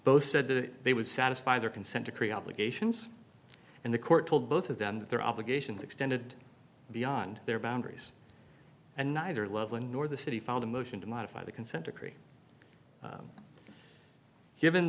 both said that they would satisfy their consent decree obligations and the court told both of them that their obligations extended beyond their boundaries and neither loveland nor the city found a motion to modify the consent decree given